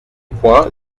points